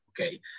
okay